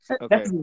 Okay